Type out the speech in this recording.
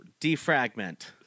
defragment